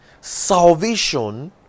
salvation